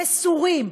מסורים,